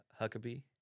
Huckabee